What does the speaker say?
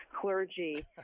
clergy